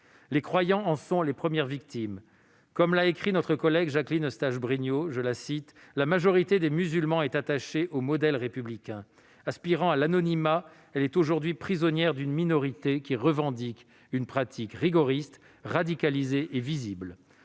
Les croyants en sont les premières victimes. Notre collègue Jacqueline Eustache-Brinio l'a rappelé dans son rapport :« La majorité des musulmans est [...] attachée au modèle républicain. Aspirant à l'anonymat, elle est aujourd'hui prisonnière d'une minorité qui revendique une pratique rigoriste, radicalisée et visible. »